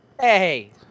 Hey